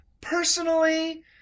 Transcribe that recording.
Personally